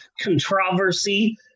controversy